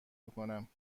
کنم